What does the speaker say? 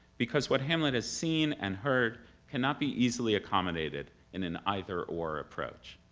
because what hamlet has seen and heard cannot be easily accommodated in an either or approach.